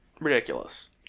ridiculous